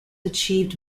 achieved